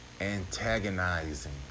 antagonizing